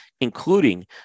including